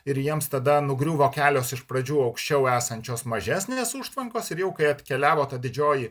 ir jiems tada nugriuvo kelios iš pradžių aukščiau esančios mažesnės užtvankos ir jau kai atkeliavo ta didžioji